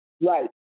Right